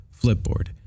Flipboard